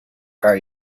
very